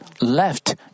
left